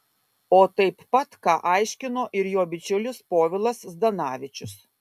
o taip pat ką aiškino ir jo bičiulis povilas zdanavičius